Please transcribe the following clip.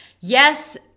Yes